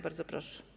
Bardzo proszę.